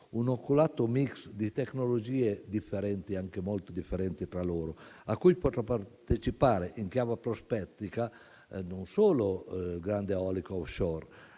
un oculato *mix* di tecnologie differenti, anche molto differenti fra loro, a cui potrà partecipare in chiave prospettica non solo il grande eolico *off-shore*,